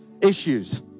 issues